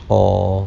or